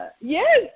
Yes